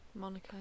Monaco